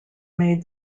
made